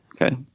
Okay